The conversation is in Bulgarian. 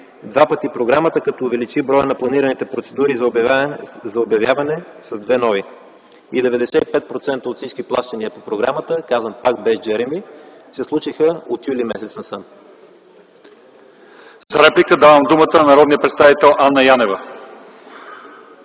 два пъти програмата, като увеличи броя на планираните процедури за обявяване с две нови. И 95% от всички плащания по програмата, казвам пак – без „Джеръми”, се случиха от юли месец насам. ПРЕДСЕДАТЕЛ ЛЪЧЕЗАР ИВАНОВ: За реплика давам думата на народния представител Анна Янева.